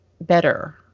better